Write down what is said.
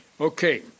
Okay